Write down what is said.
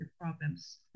problems